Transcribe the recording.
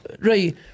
Right